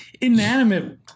inanimate